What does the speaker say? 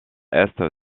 est